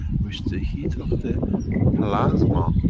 which the heat of the plasma,